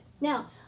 Now